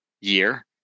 year